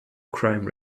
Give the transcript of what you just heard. crime